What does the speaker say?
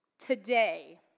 Today